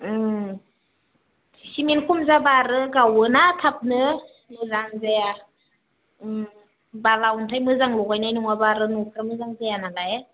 cement खम जाब्ला आरो गावोना थाबनो मोजां जाया बाला अन्थाइ मोजां लगायनाय नङाब्ला आरो न'आ मोजां जाया नालाय